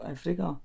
Africa